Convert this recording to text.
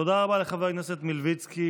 תודה רבה לחבר הכנסת מלביצקי.